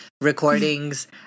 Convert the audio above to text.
recordings